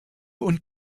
und